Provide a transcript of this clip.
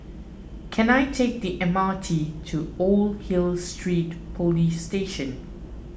can I take the M R T to Old Hill Street Police Station